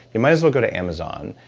you might as well go to amazon,